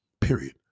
Period